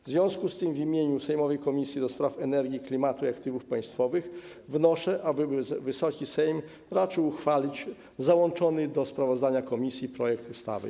W związku z tym w imieniu sejmowej Komisji do Spraw Energii, Klimatu i Aktywów Państwowych wnoszę, aby wysoki Sejm raczył uchwalić załączony do sprawozdania komisji projekt ustawy.